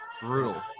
Brutal